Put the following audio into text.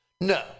No